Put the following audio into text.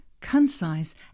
concise